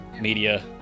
media